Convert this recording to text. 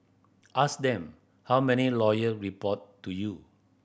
ask them how many lawyer report to you